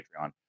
Patreon